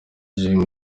jim